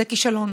זה כישלון,